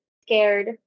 scared